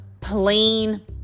plain